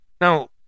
Now